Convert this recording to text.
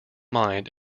mined